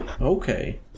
okay